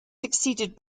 succeeded